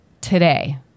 today